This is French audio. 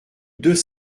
deux